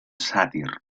sàtir